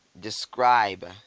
describe